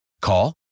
Call